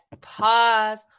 pause